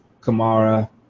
Kamara